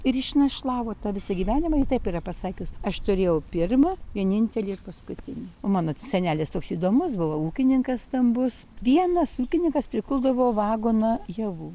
ir išnašlavo tą visą gyvenimą ji taip yra pasakius aš turėjau pirmą vienintelį ir paskutinį o mano senelis toks įdomus buvo ūkininkas stambus vienas ūkininkas prikuldavo vagoną javų